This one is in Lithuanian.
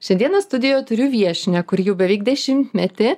šiandieną studijoj turiu viešnią kuri jau beveik dešimtmetį